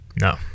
No